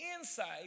insight